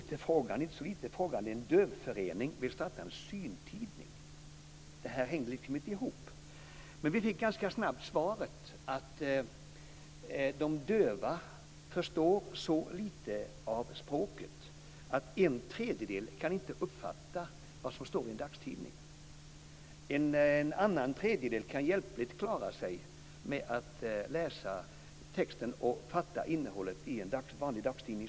Vi stod inte så lite frågande inför det - en dövförening som vill starta en syntidning. Det hängde liksom inte ihop. Men vi fick ganska snabbt svaret. De döva förstår så lite av språket att en tredjedel inte kan uppfatta vad som står i en dagstidning. En annan tredjedel kan hjälpligt klara av att läsa texten och fatta innehållet i en vanlig dagstidning.